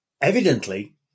Evidently